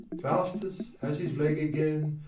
faustus has his leg again,